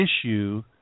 issue